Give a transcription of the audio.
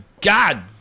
god